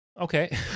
Okay